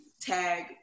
tag